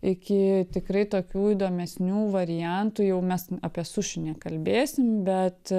iki tikrai tokių įdomesnių variantų jau mes apie suši nekalbėsim bet